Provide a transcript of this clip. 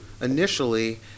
Initially